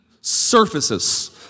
surfaces